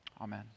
Amen